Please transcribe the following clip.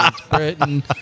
Britain